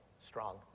strong